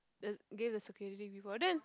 and give the security people then